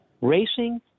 Racing